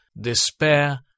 despair